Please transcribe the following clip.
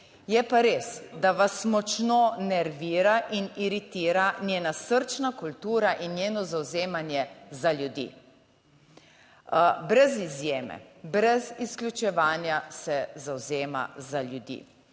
Je pa res, da vas močno nervira in iritira njena srčna kultura in njeno zavzemanje za ljudi. Brez izjeme, brez izključevanja, se zavzema za ljudi,